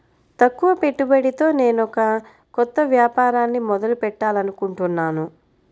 తక్కువ పెట్టుబడితో నేనొక కొత్త వ్యాపారాన్ని మొదలు పెట్టాలనుకుంటున్నాను